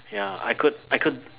ya I could I could